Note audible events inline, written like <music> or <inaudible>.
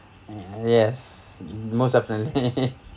mm yes most definitely <laughs>